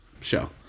show